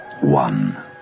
one